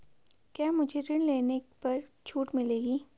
क्या मुझे ऋण लेने पर छूट मिलेगी?